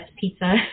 pizza